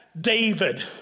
David